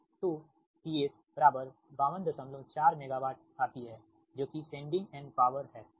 तो PS 524 megawatt आती है जो कि सेंडिंग एंड पॉवर है ठीक